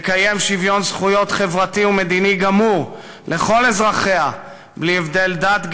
תקיים שוויון זכויות חברתי ומדיני גמור לכל אזרחיה בלי הבדל דת,